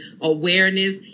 awareness